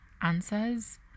answers